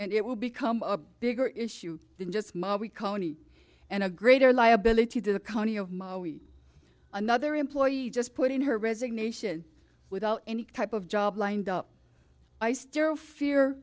and it will become a bigger issue than just mob we call any and a greater liability to the county of another employee just put in her resignation without any type of job lined up i still fear